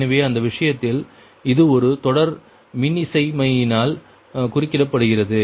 எனவே அந்த விஷயத்தில் இது ஒரு தொடர் மின்னிசைமையினால் குறிப்பிடப்படுகிறது